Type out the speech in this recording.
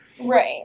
Right